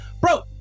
bro